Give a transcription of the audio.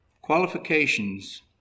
Qualifications